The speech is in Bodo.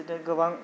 बिदिनो गोबां